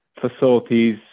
facilities